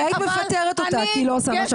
הרי היית מפטרת אותה כי היא לא עושה מה שאת רוצה.